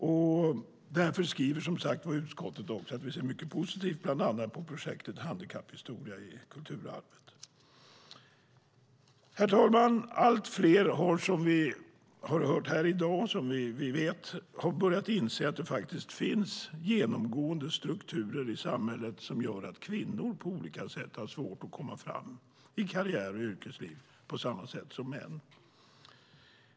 Utskottet skriver därför att vi ser positivt på bland annat projektet Handikapphistoria i kulturarvet. Herr talman! Allt fler har börjat inse, som vi hört och vet, att det finns genomgående strukturer i samhället som gör att kvinnor på olika sätt har svårt att komma fram i karriär och yrkesliv på samma sätt som män.